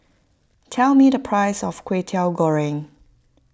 tell me the price of Kway Teow Goreng